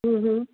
हम्म हम्म